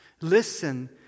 listen